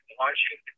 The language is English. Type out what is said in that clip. watching